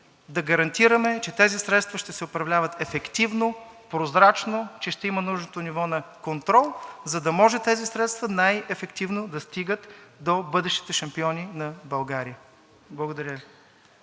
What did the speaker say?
да гарантираме, че тези средства ще се управляват ефективно, прозрачно, че ще има нужното ниво на контрол, за да може тези средства най-ефективно да стигат до бъдещите шампиони на България. Благодаря Ви.